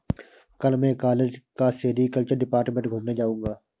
कल मैं कॉलेज का सेरीकल्चर डिपार्टमेंट घूमने जाऊंगा